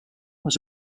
was